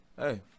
Hey